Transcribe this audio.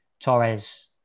Torres